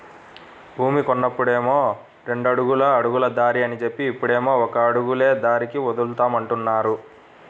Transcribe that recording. భూమి కొన్నప్పుడేమో రెండడుగుల అడుగుల దారి అని జెప్పి, ఇప్పుడేమో ఒక అడుగులే దారికి వదులుతామంటున్నారు